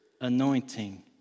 anointing